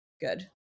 good